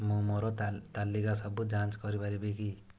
ମୁଁ ମୋର ତାଲିକା ସବୁ ଯାଞ୍ଚ କରିପାରିବି କି